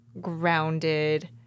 grounded